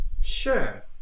Sure